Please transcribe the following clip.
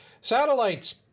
Satellite's